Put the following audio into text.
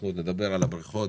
אנחנו גם נדבר על הבריכות,